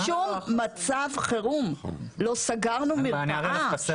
בשום מצב חירום לא סגרנו מרפאות.